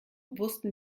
wussten